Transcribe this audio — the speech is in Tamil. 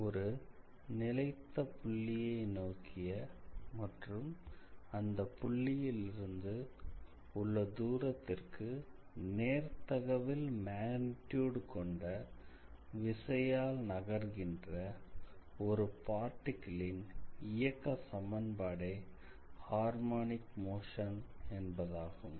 ஒரு நிலைத்த புள்ளியை நோக்கிய மற்றும் அந்தப் புள்ளியிலிருந்து உள்ள தூரத்திற்கு நேர்தகவில் மேக்னிட்யூட் கொண்ட விசையால் நகர்கின்ற ஒரு பார்ட்டிகிள் ன் இயக்க சமன்பாடே ஹார்மோனிக் மோஷன் என்பதாகும்